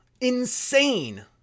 Insane